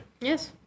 Yes